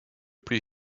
plus